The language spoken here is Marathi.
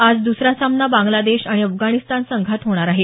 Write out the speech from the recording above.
आज दसरा सामना बांगलादेश आणि अफगाणिस्तान संघात होणार आहे